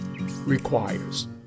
requires